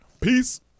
Peace